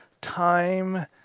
time